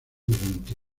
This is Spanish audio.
durante